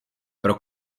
pro